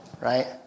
right